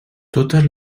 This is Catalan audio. totes